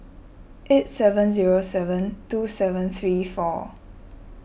eight seven zero seven two seven three four